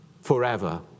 forever